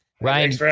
Ryan